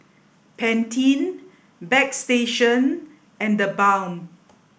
Pantene Bagstationz and TheBalm